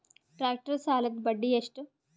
Tractor ಸಾಲದ್ದ ಬಡ್ಡಿ ಎಷ್ಟ?